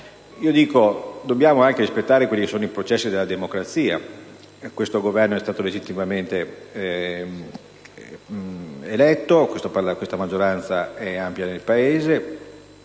dobbiamo anche rispettare i processi della democrazia. Questo Governo è stato legittimamente eletto. Questa maggioranza è ampia nel Paese